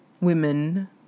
women